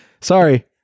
sorry